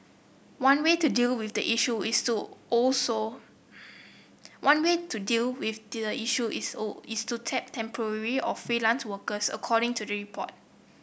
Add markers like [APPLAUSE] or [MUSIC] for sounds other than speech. one way to deal with the issue is to also one way to deal with the issue is [UNINTELLIGIBLE] is to tap temporary or freelance workers according to the report